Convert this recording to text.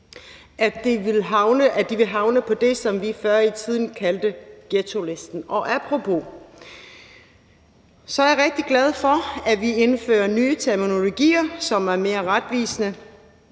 at de havner på det, som vi før i tiden kaldte ghettolisten. Og apropos: Så er jeg rigtig glad for, at vi indfører nye terminologier, som er mere retvisende.